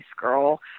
girl